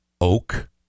Oak